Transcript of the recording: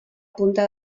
punta